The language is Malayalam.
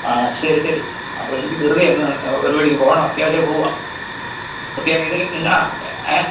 ആ ശരി ശരി അപ്പോള് എനിക്ക് ധൃതിയുണ്ട് ഒരു പരിപാടിക്ക് പോകണം അത്യാവശ്യമായിട്ട് പോവുകയാണ്